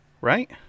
right